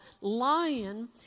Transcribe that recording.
lion